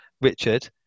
Richard